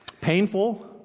painful